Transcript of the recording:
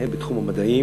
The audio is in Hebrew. הן בתחום המדעים,